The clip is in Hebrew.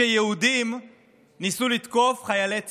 שיהודים ניסו לתקוף חיילי צה"ל.